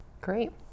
Great